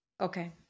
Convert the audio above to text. Okay